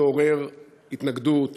שתעורר התנגדות,